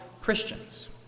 Christians